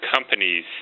companies